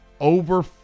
over